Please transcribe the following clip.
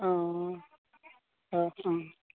অঁ হয় অঁ